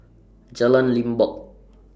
Jalan Limbok